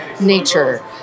nature